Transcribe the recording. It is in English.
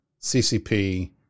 CCP